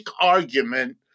argument